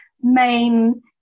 main